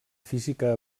física